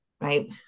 right